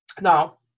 now